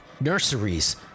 nurseries